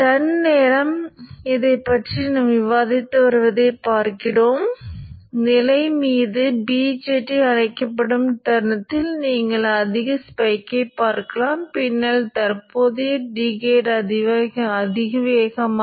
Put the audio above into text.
நான் குறைந்த பிரதிபலித்த பகுதியை இப்படி வரைவேன் இதுதான் சுமை பிரதிபலித்த பகுதி அதனுடன் இந்த சுவிட்ச் பகுதியைச் சேர்க்கலாம் எனவே அது அப்படியே சேர்க்கப்படுகிறது